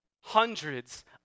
Hundreds